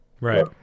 Right